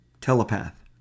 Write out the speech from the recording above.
telepath